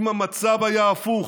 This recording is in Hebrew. אם המצב היה הפוך,